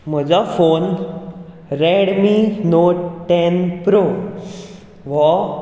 म्हजो phone Redmi Note ten Pro व्हो